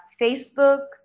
Facebook